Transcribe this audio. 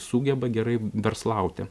sugeba gerai verslauti